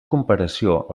comparació